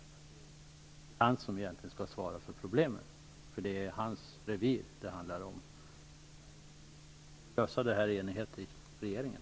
Det är egentligen han som skall svara för dessa frågor, som hör till hans revir, och de bör kunna lösas i enighet i regeringen.